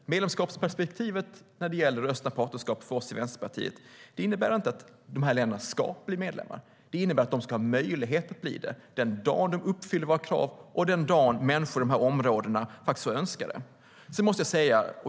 För oss i Vänsterpartiet innebär medlemskapsperspektivet när det gäller östliga partnerskapet inte att de här länderna ska bli medlemmar. Det innebär att de ska ha möjlighet att bli det den dag de uppfyller våra krav och den dag människorna i de här områdena faktiskt önskar det.